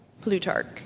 Plutarch